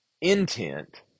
intent